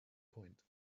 point